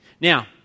Now